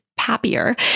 happier